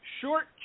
short